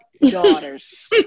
daughters